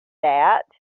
that